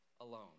alone